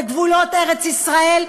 בגבולות ארץ-ישראל,